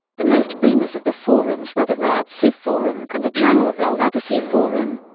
the most famous of the forums were the riad seif forum and the jamal al-atassi forum.